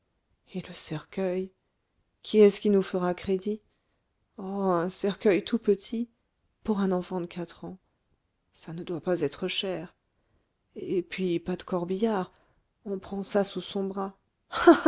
et le cercueil qui est-ce qui nous fera crédit oh un cercueil tout petit pour un enfant de quatre ans ça ne doit pas être cher et puis pas de corbillard on prend ça sous son bras